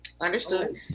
Understood